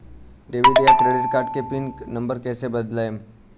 Debit या credit card मे pin number कैसे बनाएम?